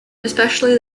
especially